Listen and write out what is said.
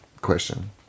question